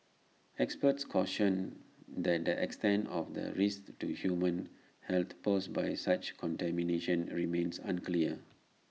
experts cautioned that the extent of the risk to human health posed by such contamination remains unclear